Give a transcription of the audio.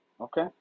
okay